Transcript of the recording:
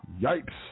Yikes